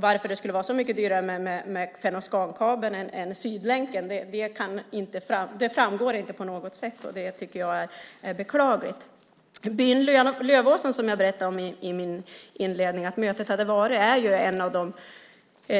Varför det skulle vara så mycket dyrare med Fennoskankabeln än med Sydvästlänken framgår inte. Det är beklagligt. Jag berättade i inledningen att mötet hade varit i byn Lövåsen. Det är ett av de